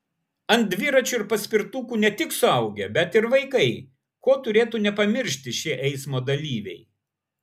ant dviračių ir paspirtukų ne tik suaugę bet ir vaikai ko turėtų nepamiršti šie eismo dalyviai